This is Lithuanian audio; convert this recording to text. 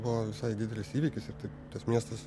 buvo visai didelis įvykis ir tai tas miestas